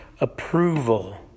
approval